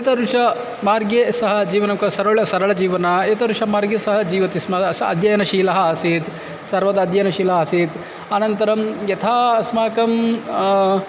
एतादृशमार्गे सः जीवनं क सरलं सरलजीवनं एतादृशमार्गे सः जीवति स्म सः अध्ययनशीलः आसीत् सर्वदा अध्ययनशीलः आसीत् अनन्तरं यथा अस्माकं